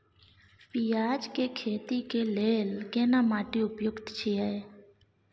पियाज के खेती के लेल केना माटी उपयुक्त छियै?